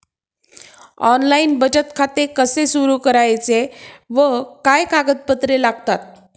Online बचत खाते कसे सुरू करायचे व काय कागदपत्रे लागतात?